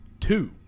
Two